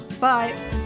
bye